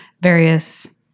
various